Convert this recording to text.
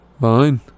Fine